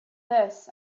this